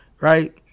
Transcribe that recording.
right